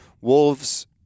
wolves